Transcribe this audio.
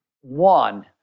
One